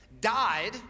died